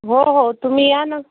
हो हो तुम्ही या ना